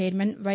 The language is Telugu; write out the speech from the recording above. chairman why